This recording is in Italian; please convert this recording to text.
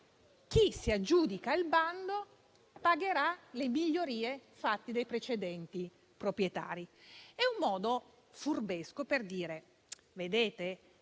Chi si aggiudica il bando pagherà le migliorie fatte dai precedenti proprietari. È un modo furbesco per dire che